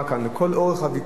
לכל אורך הוויכוח,